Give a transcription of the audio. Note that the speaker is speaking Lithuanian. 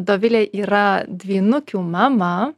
dovilė yra dvynukių mama